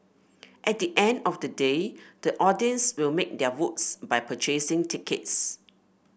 at the end of the day the audience will make their votes by purchasing tickets